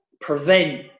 prevent